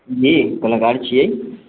जी कोन काज छियै